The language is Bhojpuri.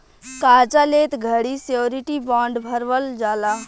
कार्जा लेत घड़ी श्योरिटी बॉण्ड भरवल जाला